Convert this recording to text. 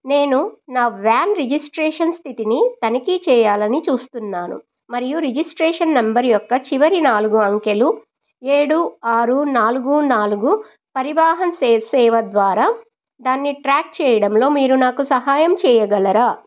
నేను నా van registration స్థితిని తనిఖీ చేయాలని చూస్తున్నాను మరియు రిజిస్ట్రేషన్ నంబరు యొక్క చివరి నాలుగు అంకెలు ఏడు ఆరు నాలుగు నాలుగు పరివాహన్ సేవ ద్వారా దాన్ని ట్రాక్ చేయడంలో మీరు నాకు సహాయం చేయగలరా